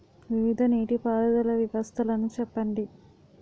వివిధ నీటి పారుదల వ్యవస్థలను చెప్పండి?